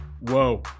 Whoa